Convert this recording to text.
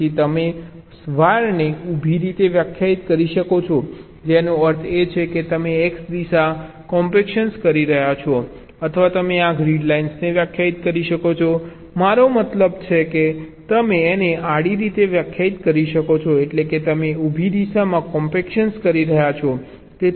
તેથી તમે વાયરને ઊભી રીતે વ્યાખ્યાયિત કરી શકો છો જેનો અર્થ છે કે તમે X દિશા કોમ્પેક્શન કરી રહ્યાં છો અથવા તમે આ ગ્રીડ લાઇન્સને વ્યાખ્યાયિત કરી શકો છો મારો મતલબ કે તમે તેને આડી રીતે વ્યાખ્યાયિત કરી શકો છો એટલે કે તમે ઊભી દિશામાં કોમ્પેક્શન કરી રહ્યાં છો